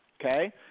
okay –